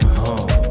home